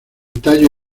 tallo